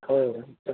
औ अ